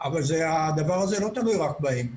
אבל הדבר הזה לא תלוי רק בהן.